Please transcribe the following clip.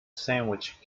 sandwich